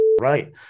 right